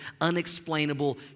unexplainable